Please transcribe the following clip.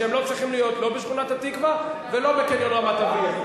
שהם לא צריכים להיות לא בשכונת-התקווה ולא בקניון רמת-אביב,